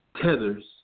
tethers